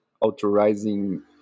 authorizing